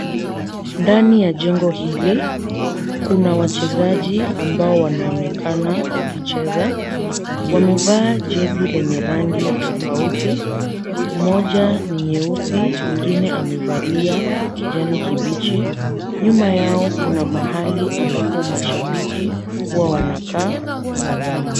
Ndani ya jengo hili, kuna wachezaji ambao wanaonekana wakicheza. Wamevaa jezi lenye rangi tofauti. Moja ni nyeusi, mwingine amevalia kijani kibichi. Nyuma yao kuna mahali ambapo mashabiki huwa wanakaa wakitazama.